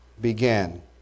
began